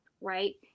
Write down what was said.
right